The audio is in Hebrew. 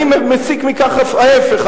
אני מסיק מכך ההיפך.